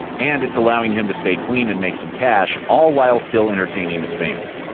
and it's allowing him to stay clean and make some cash all while still entertaining his fans.